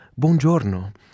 Buongiorno